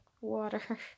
water